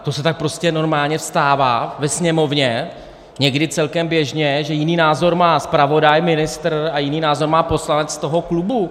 To se tak prostě normálně stává ve Sněmovně, někdy celkem běžně, že jiný názor má zpravodaj, ministr a jiný názor má poslanec toho klubu.